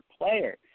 player